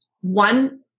one